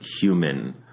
human